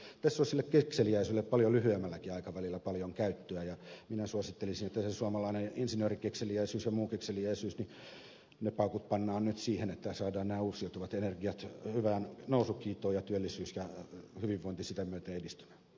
tässä olisi sille kekseliäisyydelle paljon lyhyemmälläkin aikavälillä paljon käyttöä ja minä suosittelisin että se suomalainen insinöörikekseliäisyys ja muu kekseliäisyys ne paukut pannaan nyt siihen että saadaan nämä uusiutuvat energiat hyvään nousukiitoon ja työllisyys ja hyvinvointi sitä myöten edistymään